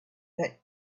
that